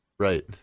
Right